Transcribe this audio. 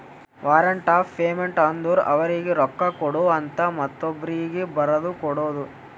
warrant of payment ಅಂದುರ್ ಅವರೀಗಿ ರೊಕ್ಕಾ ಕೊಡು ಅಂತ ಮತ್ತೊಬ್ರೀಗಿ ಬರದು ಕೊಡೋದು